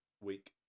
week